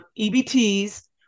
EBTs